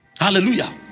Hallelujah